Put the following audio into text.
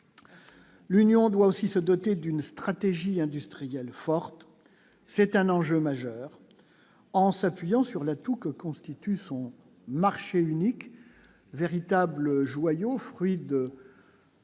l'Union doit aussi se doter d'une stratégie industrielle forte, c'est un enjeu majeur en s'appuyant sur l'atout que constitue son. Marché unique véritable joyau, fruit de.